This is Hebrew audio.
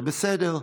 זה בסדר.